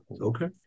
okay